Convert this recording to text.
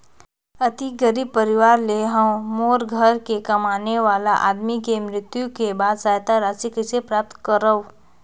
अति गरीब परवार ले हवं मोर घर के कमाने वाला आदमी के मृत्यु के बाद सहायता राशि कइसे प्राप्त करव?